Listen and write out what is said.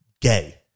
Gay